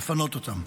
לפנות אותם.